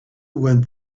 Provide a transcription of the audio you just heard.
went